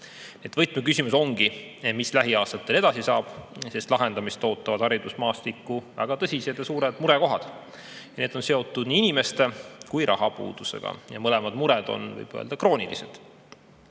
Võtmeküsimus ongi, mis lähiaastatel edasi saab, sest lahendamist ootavad haridusmaastiku väga tõsised ja suured murekohad. Need on seotud nii inimeste kui ka raha puudusega. Mõlemad mured on kroonilised.